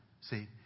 See